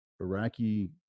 Iraqi